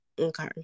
Okay